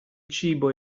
cibo